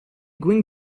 going